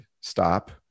Stop